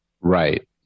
Right